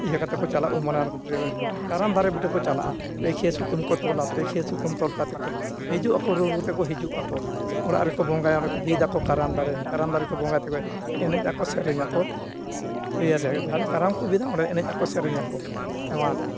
ᱤᱭᱟᱹ ᱠᱟᱛᱮ ᱠᱚ ᱪᱟᱞᱟᱜᱼᱟ ᱠᱟᱨᱟᱢ ᱫᱟᱨᱮ ᱵᱩᱴᱟᱹ ᱠᱚ ᱪᱟᱞᱟᱜᱼᱟ ᱯᱮ ᱠᱷᱤᱭᱟᱹ ᱥᱩᱛᱟᱹᱢ ᱠᱚ ᱛᱚᱞᱟ ᱯᱮ ᱠᱷᱤᱭᱟᱹ ᱥᱩᱛᱟᱹᱢ ᱛᱚᱞ ᱠᱟᱛᱮ ᱠᱚ ᱦᱤᱡᱩᱜ ᱟᱠᱚ ᱨᱩ ᱨᱩ ᱛᱮᱠᱚ ᱦᱤᱡᱩᱜ ᱟᱠᱚ ᱚᱲᱟᱜ ᱨᱮᱠᱚ ᱵᱚᱸᱜᱟᱭᱟ ᱚᱸᱰᱮ ᱠᱚ ᱵᱤᱫ ᱟᱠᱚ ᱠᱟᱨᱟᱢ ᱫᱟᱨᱮ ᱠᱟᱨᱟᱢ ᱫᱟᱨᱮ ᱠᱚ ᱵᱚᱸᱜᱟᱭ ᱛᱮᱜᱮ ᱮᱱᱮᱡ ᱟᱠᱚ ᱥᱮᱨᱮᱧᱟᱠᱚ ᱤᱭᱟᱹᱨᱮ ᱡᱟᱦᱟᱸᱨᱮ ᱠᱟᱨᱟᱢ ᱠᱚ ᱵᱤᱫᱟ ᱚᱸᱰᱮ ᱮᱱᱮᱡ ᱟᱠᱚ ᱥᱮᱨᱮᱧ ᱟᱠᱚ ᱱᱚᱣᱟ ᱫᱚ